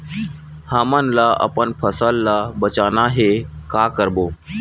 हमन ला अपन फसल ला बचाना हे का करबो?